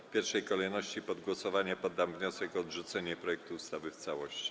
W pierwszej kolejności pod głosowanie poddam wniosek o odrzucenie projektu ustawy w całości.